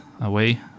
away